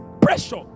Pressure